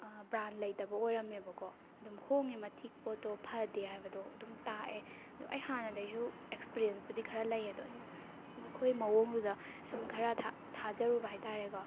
brand ꯂꯩꯇꯕ ꯑꯣꯏꯔꯝꯃꯦꯕꯀꯣ ꯑꯗꯨꯝ ꯍꯣꯡꯉꯦ ꯃꯇꯤꯛ ꯄꯣꯠꯇꯣ ꯐꯗꯦ ꯍꯥꯏꯕꯗꯣ ꯑꯗꯨꯝ ꯇꯥꯛꯑꯦ ꯑꯗꯨ ꯑꯩ ꯍꯥꯟꯅꯗꯩꯁꯨ ꯑꯦꯛꯁꯄꯤꯔꯤꯌꯦꯟꯁꯄꯨꯗꯤ ꯈꯔ ꯂꯩ ꯑꯗꯣ ꯑꯩꯅ ꯃꯈꯣꯏ ꯃꯋꯣꯡꯗꯨꯗ ꯁꯨꯝ ꯈꯔ ꯊꯥꯖꯔꯨꯕ ꯍꯥꯏꯇꯥꯔꯦꯀꯣ